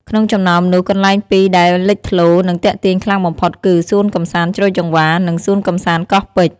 ក្នុងចំណោមនោះ កន្លែងពីរដែលលេចធ្លោរ និងទាក់ទាញខ្លាំងបំផុតគឺ សួនកម្សាន្តជ្រោយចង្វារ និង សួនកម្សាន្តកោះពេជ្រ។